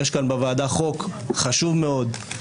יש כאן בוועדה חוק חשוב מאוד,